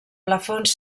plafons